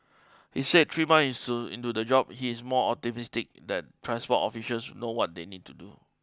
he said three months into into the job he is more optimistic that transport officials know what they need to do